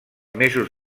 mesos